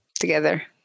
together